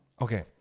Okay